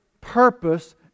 purpose